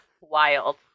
wild